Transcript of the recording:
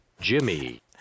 Jimmy